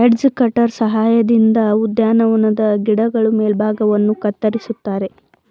edge cutter ಸಹಾಯದಿಂದ ಉದ್ಯಾನವನದ ಗಿಡಗಳ ಮೇಲ್ಭಾಗವನ್ನು ಕತ್ತರಿಸುತ್ತಾರೆ